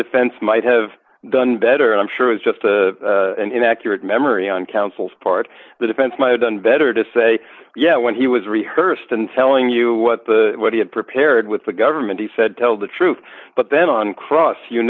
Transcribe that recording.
defense might have done better and i'm sure it was just an inaccurate memory on counsel's part the defense might have done better to say yeah when he was rehearsed and telling you what the what he had prepared with the government he said tell the truth but then on cross you